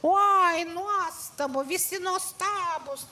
oi nuostabu visi nuostabūs